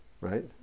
right